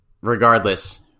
regardless